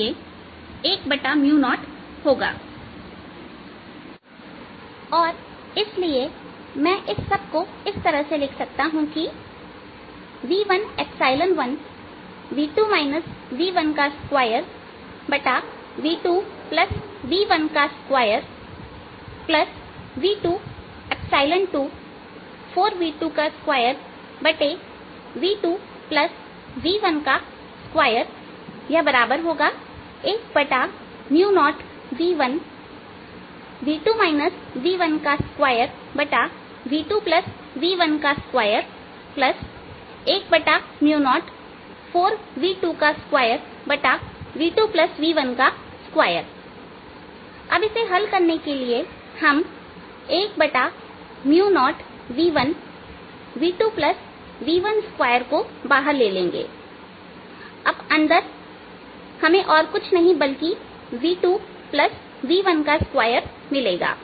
Sincident Sreflected Stransmitted 12v1uI 12v1uR 12v2uT v11EI2 v11ER2 v22ET2 v11ER2 v22ET2v11 v2 v12v2 v12 v224v22v2 v12 EI2 v10 और इसलिए मैं इस सब को इस तरह से लिख सकता हूं कि v11 v2 v12v2 v12 v224v22v2 v12 10v1v2 v12v2 v12104v22v2 v12 होगा अब इसे हल करने के लिए हम 10v1 1v2 v12बाहर ले लेंगे यह और कुछ नहीं बल्कि v2 v12 है अंदर हमें मिलेगा